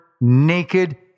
naked